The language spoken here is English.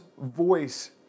voice